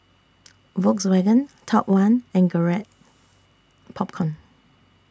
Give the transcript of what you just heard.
Volkswagen Top one and Garrett Popcorn